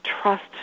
trust